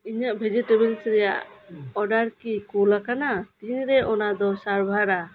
ᱤᱧᱟᱹᱜ ᱵᱷᱮᱡᱤᱴᱮᱵᱚᱞ ᱨᱮᱭᱟᱜ ᱚᱰᱟᱨ ᱠᱤ ᱠᱳᱞ ᱟᱠᱟᱱᱟ ᱛᱤᱱ ᱨᱮ ᱚᱱᱟ ᱫᱚ ᱥᱟᱨᱵᱷᱟᱨᱟ